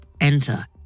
Enter